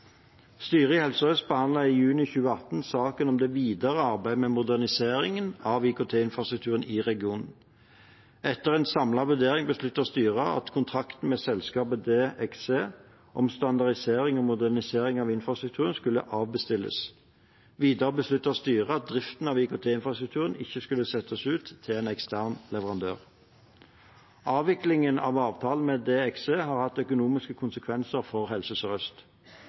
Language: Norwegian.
Styret i Helse Sør-Øst behandlet i juni 2018 saken om det videre arbeidet med moderniseringen av IKT-infrastrukturen i regionen. Etter en samlet vurdering besluttet styret at kontrakten med selskapet DXC om standardisering og modernisering av IKT-infrastrukturen skulle avbestilles. Videre besluttet styret at driften av IKT-infrastrukturen ikke skulle settes ut til en ekstern leverandør. Avviklingen av avtalen med DXC har hatt økonomiske konsekvenser for Helse